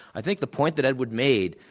i think the point that edward made,